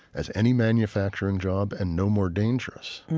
as any manufacturing job and no more dangerous.